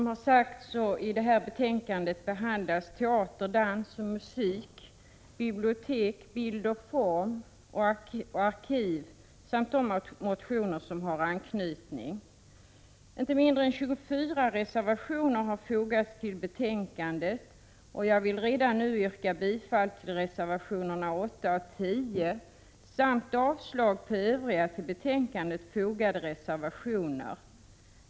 Herr talman! I detta betänkande behandlas teater, dans och musik, bibliotek, bild och form, arkiv samt de motioner som har anknytning till dessa delar av propositionen. Inte mindre än 24 reservationer har fogats till betänkandet, och jag vill redan nu yrka bifall till reservationerna 8 och 10 samt avslag på övriga till betänkandet fogade reservationer.